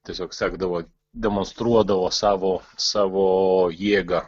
tiesiog sekdavo demonstruodavo savo savo jėgą